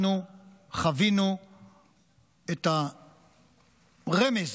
אנחנו חווינו את הרמז